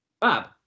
Bob